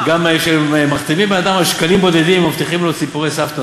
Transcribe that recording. גם כשמחתימים אדם על שקלים בודדים ומבטיחים לו סיפורי סבתא,